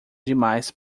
demais